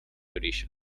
brillo